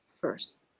first